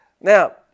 Now